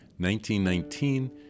1919